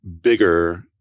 bigger